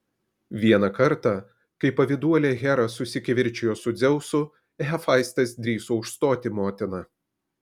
vieną kartą kai pavyduolė hera susikivirčijo su dzeusu hefaistas drįso užstoti motiną